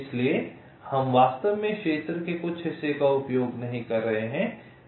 इसलिए हम वास्तव में क्षेत्र के इस हिस्से का उपयोग नहीं कर रहे हैं